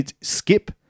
skip